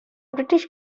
british